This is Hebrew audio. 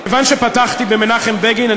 כיוון שפתחתי במנחם בגין,